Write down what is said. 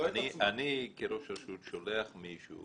אני כראש רשות שולח מישהו